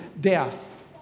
death